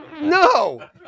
No